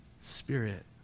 Spirit